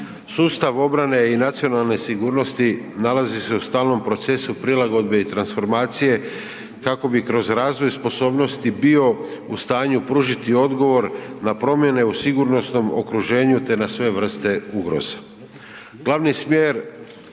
Sustav obrane i nacionalne sigurnosti nalazi se u stalnom procesu prilagodbe i transformacije kako bi kroz razvoj sposobnosti bio u stanju pružiti odgovor na promjene u sigurnosnom okruženju, te na sve vrste ugroza.